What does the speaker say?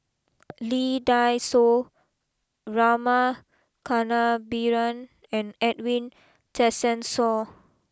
Lee Dai Soh Rama Kannabiran and Edwin Tessensohn